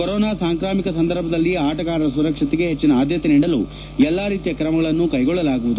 corona ಸಾಂಕ್ರಾಮಿಕ ಸಂದರ್ಭದಲ್ಲಿ ಆಟಗಾರರ ಸುರಕ್ಷತೆಗೆ ಹೆಚ್ಚಿನ ಆದ್ಗತೆ ನೀಡಲು ಎಲ್ಲ ರೀತಿಯ ಕ್ರಮಗಳನ್ನು ಕೈಗೊಳ್ಳಲಾಗುವುದು